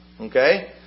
Okay